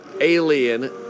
alien